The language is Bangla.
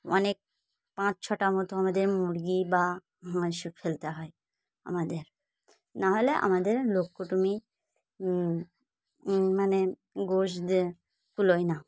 অনেক পাঁচ ছটা মতো আমাদের মুরগি বা হাঁস ফেলতে হয় আমাদের নাহলে আমাদের লোক কুটুম্বর মানে গোশ দিয়ে কুলোয় না